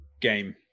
game